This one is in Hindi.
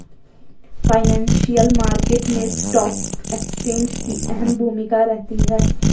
फाइनेंशियल मार्केट मैं स्टॉक एक्सचेंज की अहम भूमिका रहती है